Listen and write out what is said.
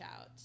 out